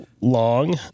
long